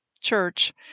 Church